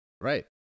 right